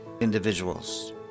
individuals